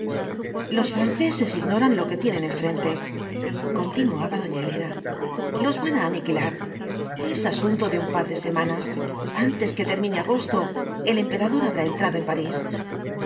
los franceses ignoran lo que tienen enfrente continuaba doña elena los van á aniquilar es asunto de un par de semanas antes que termine agosto el emperador habrá entrado en parís